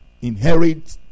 inherit